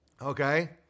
okay